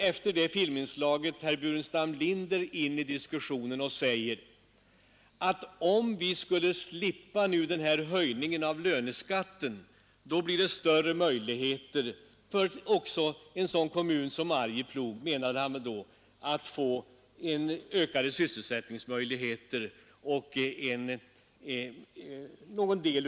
Efter det filminslaget går herr Burenstam Linder in i diskussionen och säger: Om vi skulle slippa höjningen av löneskatten blir det ökade sysselsättningsmöjligheter och möjligheter att få någon del av nyetablerade industrier — också för en sådan kommun som Arjeplog, menade han väl.